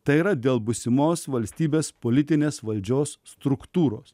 tai yra dėl būsimos valstybės politinės valdžios struktūros